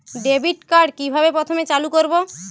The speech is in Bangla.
ডেবিটকার্ড কিভাবে প্রথমে চালু করব?